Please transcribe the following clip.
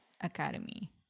academy